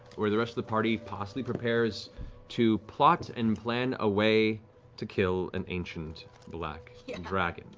where the rest of the party possibly prepares to plot and plan a way to kill an ancient black yeah and dragon.